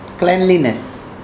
Cleanliness